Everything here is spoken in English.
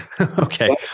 Okay